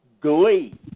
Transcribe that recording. glee